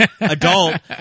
adult